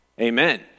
Amen